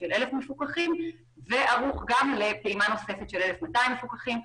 של 1,000 מפוקחים וערוך גם לפעימה נוספת של 1200 מפוקחים,